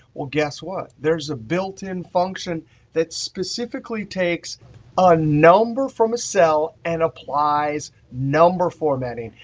well guess what. there's a built-in function that specifically takes a number from a cell and applies number formatting.